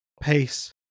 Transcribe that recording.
pace